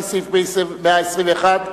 לפי סעיף 121 לתקנון,